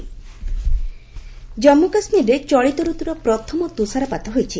JK snowfall Jammu କାଶ୍ମୀରରେ ଚଳିତ ଋତୁର ପ୍ରଥମ ତୁଷାରପାତ ହୋଇଛି